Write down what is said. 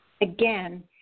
Again